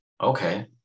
Okay